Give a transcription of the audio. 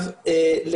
דבר שני,